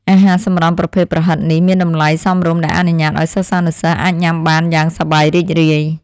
អាហារសម្រន់ប្រភេទប្រហិតនេះមានតម្លៃសមរម្យដែលអនុញ្ញាតឱ្យសិស្សានុសិស្សអាចញ៉ាំបានយ៉ាងសប្បាយរីករាយ។